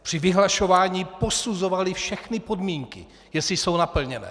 Při vyhlašování posuzovali všechny podmínky, jestli jsou naplněné.